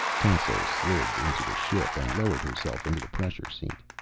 tasso slid into the ship and lowered herself into the pressure seat.